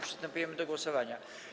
Przystępujemy do głosowania.